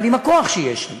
אבל עם הכוח שיש לי,